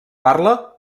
parla